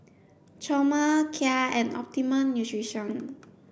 Chomel Kia and Optimum Nutrition